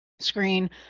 screen